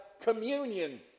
communion